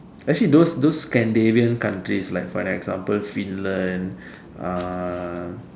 actually those those Scandinavian countries like for example Finland ah